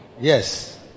Yes